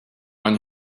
one